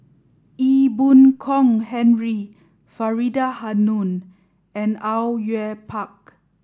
Ee Boon Kong Henry Faridah Hanum and Au Yue Pak